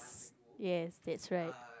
yes that's right